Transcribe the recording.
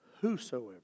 whosoever